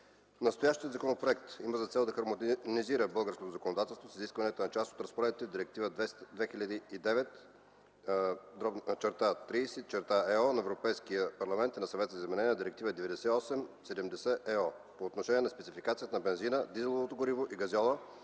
Настоящият законопроект има за цел да хармонизира българското законодателство с изискванията на част от разпоредбите в Директива 2009/30/ЕО на Европейския парламент и на Съвета за изменение на Директива 98/70/ЕО по отношение на спецификацията на бензина, дизеловото гориво и газьола